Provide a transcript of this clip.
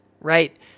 right